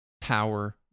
power